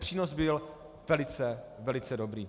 A ten přínos byl velice, velice dobrý.